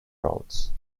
roads